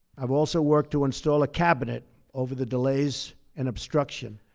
i've also worked to install a cabinet over the delays and obstruction